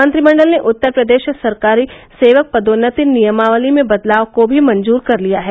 मंत्रिमंडल ने उत्तर प्रदेश सरकारी सेवक पदोन्नति नियमावली में बदलाव को भी मंजूर कर लिया है